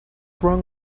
wrong